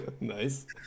nice